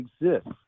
exists